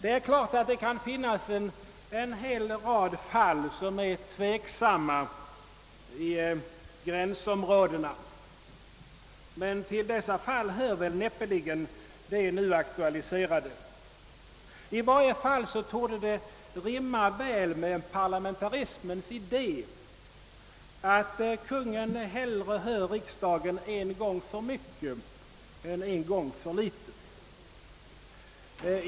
Det är klart att det kan finnas en hel rad tveksamma fall i gränsområdena, men till dessa fall hör väl näppeligen det nu aktualiserade. I alla händelser torde det rimma väl med parlamentarismens idé att Kungl. Maj:t hellre hör riksdagen en gång för mycket än en gång för litet.